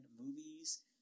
movies